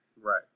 Right